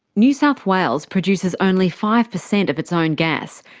new south wales produces only five percent of its own gas,